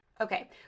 Okay